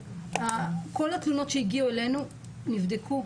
כל התלונות שהגיעו אלינו נבדקו,